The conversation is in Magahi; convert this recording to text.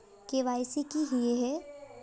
के.वाई.सी की हिये है?